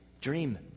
Dream